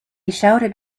shouted